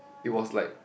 it was like